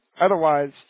Otherwise